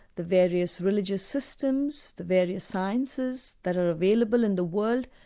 the various religious systems, the various sciences, that are available in the world,